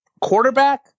quarterback